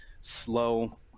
slow